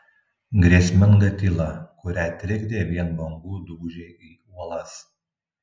grėsminga tyla kurią trikdė vien bangų dūžiai į uolas